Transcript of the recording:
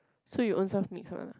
so you own self mix ah